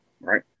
Right